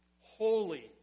holy